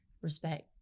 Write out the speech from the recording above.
respect